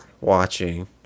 watching